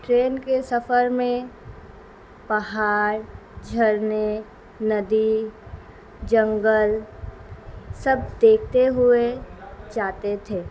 train کے سفر میں پہاڑ جھرنے ندی جنگل سب دیکھتے ہوئے جاتے تھے